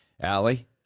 Allie